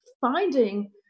finding